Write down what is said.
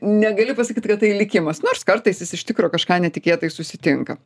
negali pasakyt kad tai likimas nors kartais jis iš tikro kažką netikėtai susitinka